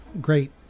great